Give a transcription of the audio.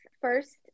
First